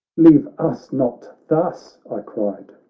leave us not thus, i cried,